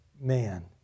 man